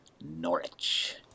norwich